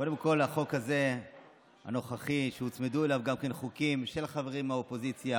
קודם כול לחוק הנוכחי הוצמדו גם כן חוקים של חברים מהאופוזיציה,